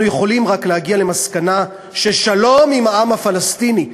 אנחנו יכולים רק להגיע למסקנה ששלום עם העם הפלסטיני,